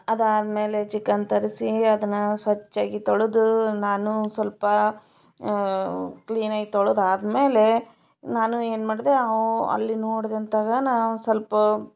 ಅದಾದಮೇಲೆ ಚಿಕನ್ ತರಿಸಿ ಅದನ್ನು ಸ್ವಚ್ಛಾಗಿ ತೊಳೆದು ನಾನು ಸ್ವಲ್ಪ ಕ್ಲೀನಾಗಿ ತೊಳೆದಾದ್ಮೇಲೆ ನಾನು ಏನು ಮಾಡಿದೆ ಅವು ಅಲ್ಲಿ ನೋಡ್ದಂತಾಗನು ಒಂದು ಸ್ವಲ್ಪ